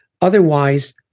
otherwise